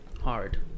Hard